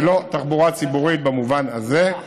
זה לא תחבורה ציבורית במובן הזה.